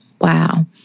wow